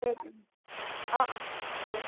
ওম ওম অ অ ঠিক আছে